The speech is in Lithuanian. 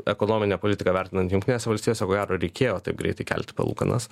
ekonominė politika vertinant jungtinėse valstijose ko gero reikėjo taip greitai kelti palūkanas